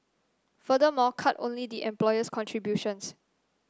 furthermore cut only the employer's contributions